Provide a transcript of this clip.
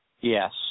Yes